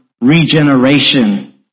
regeneration